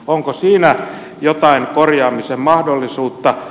onko siinä jotain korjaamisen mahdollisuutta